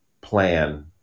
plan